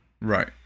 Right